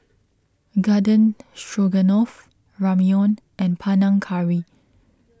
Garden Stroganoff Ramyeon and Panang Curry